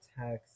text